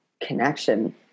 connection